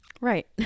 Right